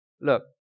look